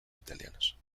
italianos